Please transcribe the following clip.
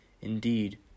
Indeed